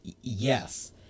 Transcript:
Yes